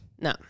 No